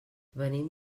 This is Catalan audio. venim